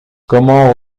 comment